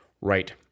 right